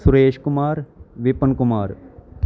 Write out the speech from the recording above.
Suresh Kumar Vipan Kumar